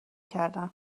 کردن